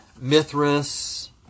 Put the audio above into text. Mithras